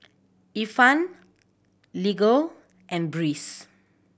Ifan Lego and Breeze